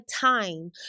time